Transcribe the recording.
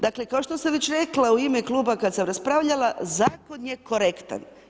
Dakle, kao što sam već rekla u ime Kluba kad sam raspravljala, Zakon je korektan.